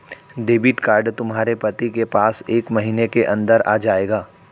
debit card तुम्हारे पति के पास एक महीने के अंदर आ जाएगा